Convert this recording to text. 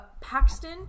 paxton